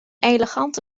elegante